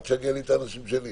אל תשגע לי את האנשים שלי.